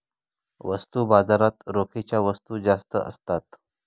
वस्तू बाजारात रोखीच्या वस्तू जास्त असतात